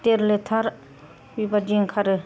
देर लिटार बेबाइदि ओंखारो